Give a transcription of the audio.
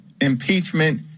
impeachment